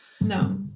No